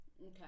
Okay